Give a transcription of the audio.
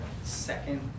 second